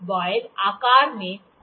vial आकार में थोड़ा उत्तल है